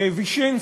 וישינסקי.